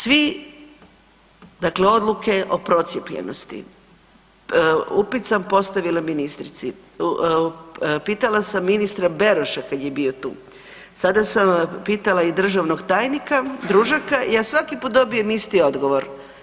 Svi, dakle odluke o procijepljenosti, upit sam postavila ministrici, pitala sam ministra Beroša kad je bio tu, sada sam pitala i državnog tajnika Družaka, ja svaki put dobijem isti odgovor.